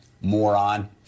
moron